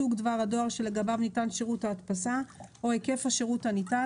סוג דבר הדואר שלגביו ניתן שירות ההדפסה או היקף השירות הניתן,